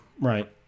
Right